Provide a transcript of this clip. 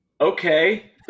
okay